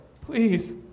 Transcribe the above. Please